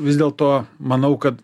vis dėlto manau kad